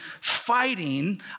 fighting